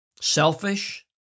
selfish